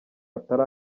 atari